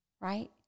right